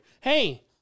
Hey